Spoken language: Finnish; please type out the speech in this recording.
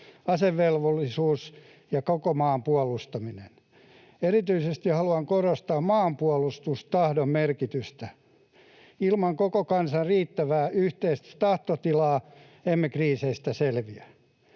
asevelvollisuus ja koko maan puolustaminen. Erityisesti haluan korostaa maanpuolustustahdon merkitystä. Ilman koko kansan riittävää yhteistä tahtotilaa emme kriiseistä selviä.